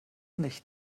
nicht